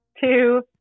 two